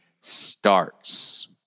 starts